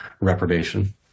reprobation